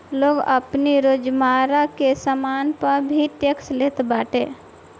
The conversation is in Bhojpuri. लोग आपनी रोजमर्रा के सामान पअ भी टेक्स देत बाटे